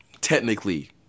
technically